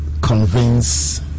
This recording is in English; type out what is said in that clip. convince